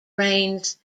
reigns